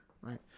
right